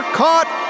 caught